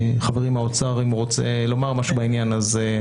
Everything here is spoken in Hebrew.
אם חברי מהאוצר רוצה לומר משהו בעניין הזה,